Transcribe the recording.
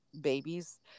babies